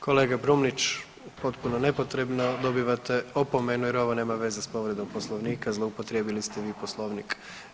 Kolega Brumnić potpuno nepotrebno dobivate opomenu jer ovo nema veze sa povredom Poslovnika, zloupotrijebili ste Poslovnik.